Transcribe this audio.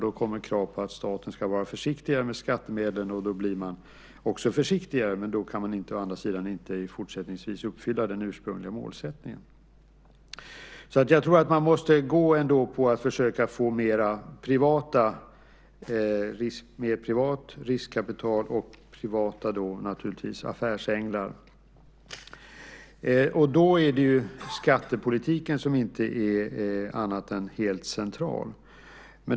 Då kommer krav på att staten ska vara försiktigare med skattemedlen. Då blir man också försiktigare. Men då kan man å andra sidan inte fortsättningsvis uppfylla den ursprungliga målsättningen. Man måste ändå försöka få mer privat riskkapital och privata affärsänglar. Där är skattepolitiken inte annat än helt central.